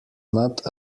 not